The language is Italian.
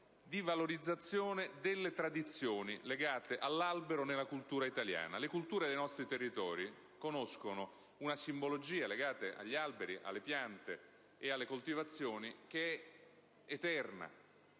la valorizzazione delle tradizioni legate all'albero nella cultura italiana. Le culture dei nostri territori conoscono una simbologia legata agli alberi, alle piante e alle coltivazioni che è eterna.